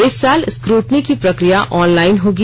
इस साल स्क्रूटनी की प्रक्रिया ऑनलाईन होगी